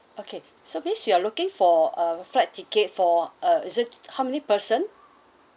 okay so miss you are looking for uh flight ticket for uh is it how many person